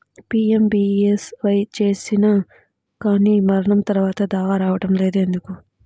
PMBSY చేసినా కానీ మరణం తర్వాత దావా రావటం లేదు ఎందుకు?